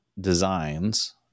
designs